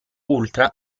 ultra